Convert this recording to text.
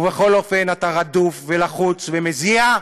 ובכל אופן אתה רדוף ולחוץ ומזיע,